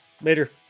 Later